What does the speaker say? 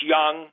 Young